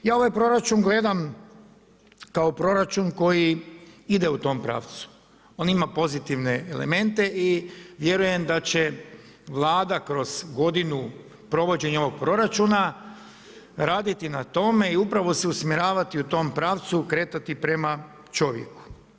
Ja ovaj proračun gledam kao proračun koji ide u tom pravcu, on ima pozitivne elemente i vjerujem da će Vlada kroz godinu provođenja ovog proračuna raditi na tome i upravo se usmjeravati u tom pravcu, kretati prema čovjeku.